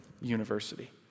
university